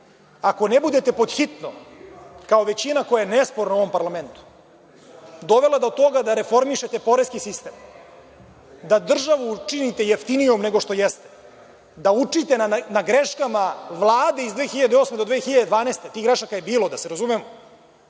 Ako ne budete pod hitno, kao većina, koja je nesporna u ovom parlamentu, dovela do toga da reformišete poreski sistem, da državu činite jeftinijom nego što jeste, da učite na greškama Vlade iz 2008. do 2012. godine, tih grešaka je bilo, da se razumemo,